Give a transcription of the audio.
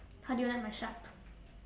how do you like my shark